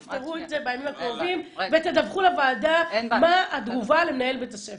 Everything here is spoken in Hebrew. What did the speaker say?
תפתרו את זה בימים הקרובים ותדווחו לוועדה מה התגובה למנהל בית הספר.